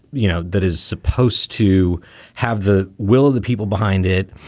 you know, that is supposed to have the will of the people behind it.